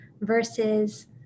versus